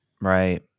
Right